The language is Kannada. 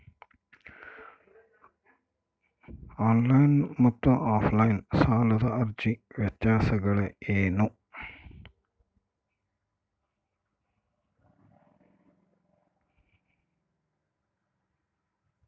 ಆನ್ ಲೈನ್ ಮತ್ತು ಆಫ್ ಲೈನ್ ಸಾಲದ ಅರ್ಜಿಯ ವ್ಯತ್ಯಾಸಗಳೇನು?